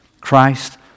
Christ